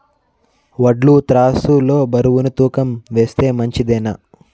వడ్లు త్రాసు లో బరువును తూకం వేస్తే మంచిదేనా?